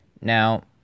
Now